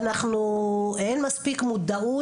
שאין מספיק מודעות,